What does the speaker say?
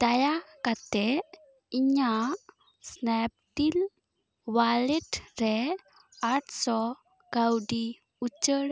ᱫᱟᱭᱟᱠᱟᱛᱮ ᱤᱧᱟᱹᱜ ᱥᱮᱱᱮᱯᱰᱤᱞ ᱳᱭᱟᱞᱮᱴ ᱨᱮ ᱟᱴᱥᱚ ᱠᱟᱹᱣᱰᱤ ᱩᱪᱟᱹᱲ